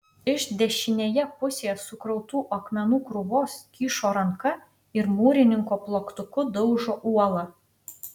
iš dešinėje pusėje sukrautų akmenų krūvos kyšo ranka ir mūrininko plaktuku daužo uolą